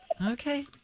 Okay